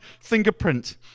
fingerprint